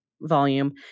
volume